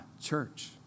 church